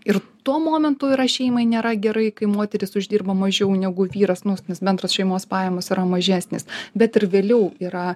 ir tuo momentu yra šeimai nėra gerai kai moteris uždirba mažiau negu vyras nus nes bendros šeimos pajamos yra mažesnės bet ir vėliau yra